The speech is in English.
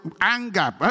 anger